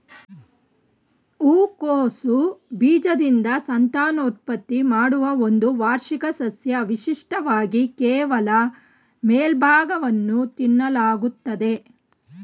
ಹೂಕೋಸು ಬೀಜದಿಂದ ಸಂತಾನೋತ್ಪತ್ತಿ ಮಾಡುವ ಒಂದು ವಾರ್ಷಿಕ ಸಸ್ಯ ವಿಶಿಷ್ಟವಾಗಿ ಕೇವಲ ಮೇಲ್ಭಾಗವನ್ನು ತಿನ್ನಲಾಗ್ತದೆ